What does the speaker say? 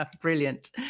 Brilliant